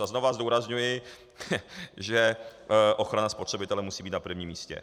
A znovu zdůrazňuji, že ochrana spotřebitele musí být na prvním místě.